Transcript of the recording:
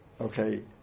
okay